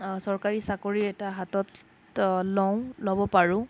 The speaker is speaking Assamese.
চৰকাৰী চাকৰি এটা হাতত লওঁ লব পাৰোঁ